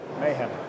Mayhem